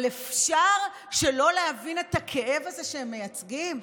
אבל אפשר שלא להבין את הכאב הזה שהם מייצגים?